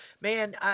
man